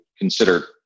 consider